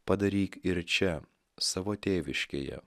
padaryk ir čia savo tėviškėje